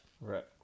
Right